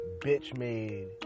bitch-made